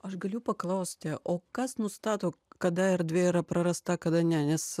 aš galiu paklausti o kas nustato kada erdvė yra prarasta kada ne nes